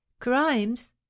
crimes